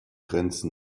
grenzen